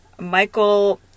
Michael